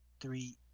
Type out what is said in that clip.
three